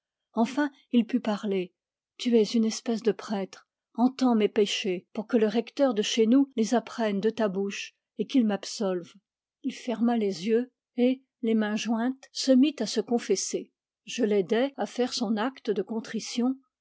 enfin il put parler tu es une espèce de prêtre entends mes péchés pour que le recteur de chez nous les apprenne de ta bouche et qu'il m'absolve il ferma les yeux et les mains jointes se mit à se confesser je l'aidai à faire son acte de contrition